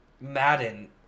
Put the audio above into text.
Madden